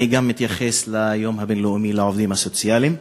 גם אני אתייחס ליום הבין-לאומי לעובדים הסוציאליים.